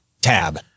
Tab